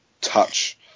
touch